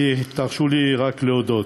תרשו לי רק להודות,